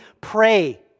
pray